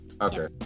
Okay